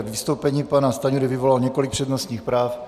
Vystoupení pana Stanjury vyvolalo několik přednostních práv.